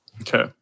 Okay